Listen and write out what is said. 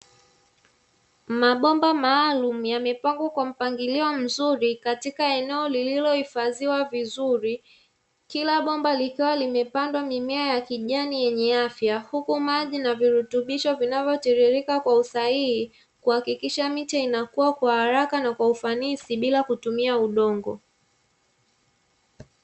Mabomba maalumu yamepangwa kwa mpangilio mzuri, katika eneo lililohifadhiwa vizuri, kila bomba likiwa limepandwa mimea ya kijani yenye afya, huku maji na virutubisho vinavyotitirika kwa usahihi, kuhakikisha miche inakua kwa haraka na kwa ufanisi bila kutumia udongo.